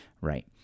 right